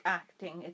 acting